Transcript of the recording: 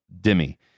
demi